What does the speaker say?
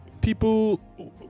People